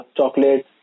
chocolate